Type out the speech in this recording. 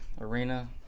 arena